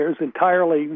entirely